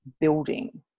building